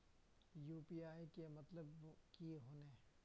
UPI के मतलब की होने?